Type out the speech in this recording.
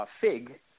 fig